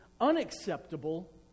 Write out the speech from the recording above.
unacceptable